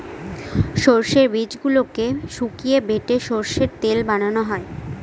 সর্ষের বীজগুলোকে শুকিয়ে বেটে সর্ষের তেল বানানো হয়